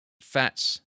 fats